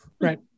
Right